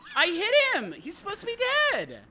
i hit him! he's supposed to be dead!